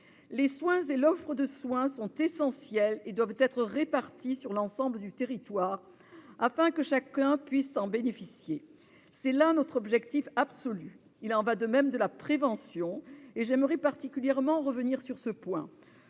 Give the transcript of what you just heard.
Les soins et l'offre de soins sont essentiels et doivent être répartis sur l'ensemble du territoire afin que chacun puisse en bénéficier. C'est notre objectif absolu. Il en est de même de la prévention, point sur lequel j'aimerais particulièrement revenir. Je pense